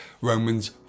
Romans